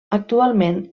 actualment